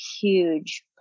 huge